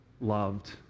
loved